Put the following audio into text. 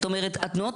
זאת אומרת , התנועות